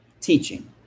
teaching